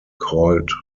called